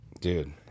dude